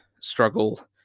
struggle